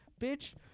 bitch